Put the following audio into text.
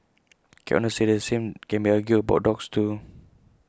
cat owners say the same can be argued about dogs too